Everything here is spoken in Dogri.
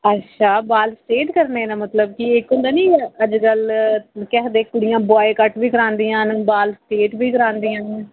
अच्छा बाल स्ट्रेट करने मतलब कि इक होंदा निं अजकल केह् आखदे कुड़ियां ब्वाय कट बी करांदियां न बाल स्ट्रेट बी करांदियां न